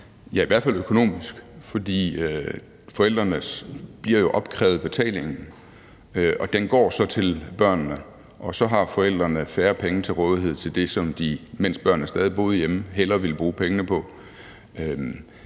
Ja, i hvert fald økonomisk, fordi forældrene jo bliver opkrævet betalingen, og den går så til børnene. Og så har forældrene færre penge til rådighed til det, som de, mens børnene stadig boede hjemme, hellere ville bruge pengene på.